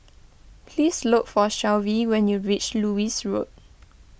please look for Shelvie when you reach Lewis Road